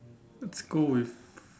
let's go with